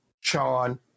Sean